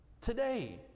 today